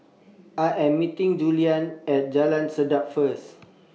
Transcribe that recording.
I Am meeting Juliann At Jalan Sedap First